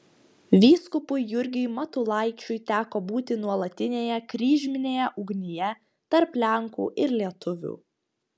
vyskupui jurgiui matulaičiui teko būti nuolatinėje kryžminėje ugnyje tarp lenkų ir lietuvių